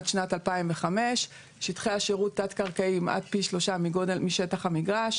עד שנת 2005. שטחי השירות תת קרקעיים עד פי שלושה משטח המגרש.